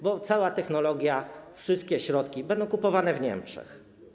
Bo cała technologia, wszystkie środki będą kupowane w Niemczech.